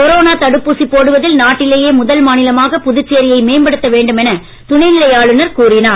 corona தடுப்பூசி போடுவதில் நாட்டிலேயே முதல் மாநிலமாக புதுச்சேரியை மேம்படுத்த வேண்டுமென துணைநிலை ஆளுனர் கூறினார்